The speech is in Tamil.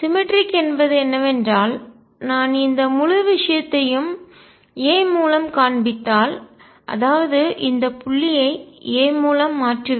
சிமெட்ரிக் சமச்சீர்மை என்பது என்னவென்றால் நான் இந்த முழு விஷயத்தையும் a மூலம் காண்பித்தால் அதாவது இந்த புள்ளியை a மூலம் மாற்றுவேன்